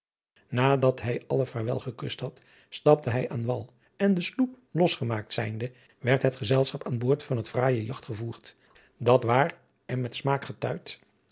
nadat hij allen vaarwel gekust had stapte hij aan wal en de sloep los gemaakt zijnde werd het gezelschap aan boord van het franije jagt gevoerd dat waar en met smaak